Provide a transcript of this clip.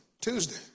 Tuesday